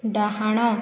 ଡାହାଣ